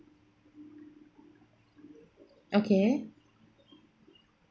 okay